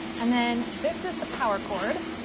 and then this is the power cord